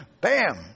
Bam